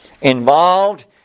involved